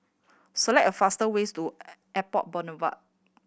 select a faster ways to Airport Boulevard